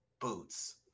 boots